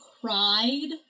cried